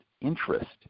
interest